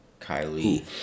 Kylie